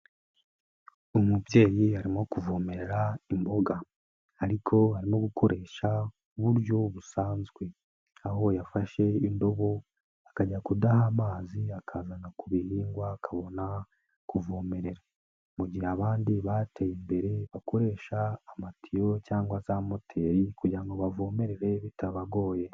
Umubyeyi arimo kuvomerera imboga ariko arimo gukoresha uburyo busanzwe, aho yafashe indobo akajya kudaha amazi akazana ku bihingwa akabona kuvomerera, mu gihe abandi bateye imbere bakoresha amatiyo cyangwa za moteri kugira ngo bavomerere bitabagoye.